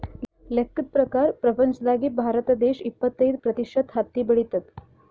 ಲೆಕ್ಕದ್ ಪ್ರಕಾರ್ ಪ್ರಪಂಚ್ದಾಗೆ ಭಾರತ ದೇಶ್ ಇಪ್ಪತ್ತೈದ್ ಪ್ರತಿಷತ್ ಹತ್ತಿ ಬೆಳಿತದ್